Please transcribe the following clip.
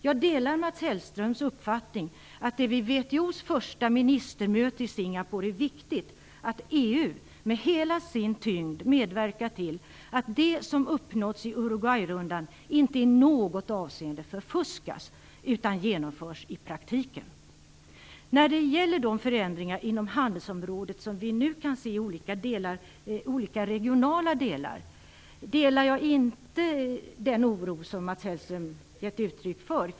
Jag delar Mats Hellströms uppfattning att det vid WTO:s första ministermöte i Singapore är viktigt att EU med hela sin tyngd medverkar till att det som uppnåtts i Uruguayrundan inte i något avseende förfuskas utan genomförs i praktiken. När det gäller de förändringar inom handelsområdet som vi nu kan se i olika regioner delar jag inte den oro som Mats Hellström gett uttryck för.